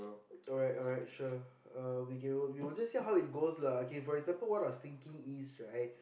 alright alright sure we will see how it goes lah for example what I was thinking is right